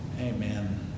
Amen